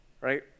right